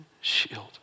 shield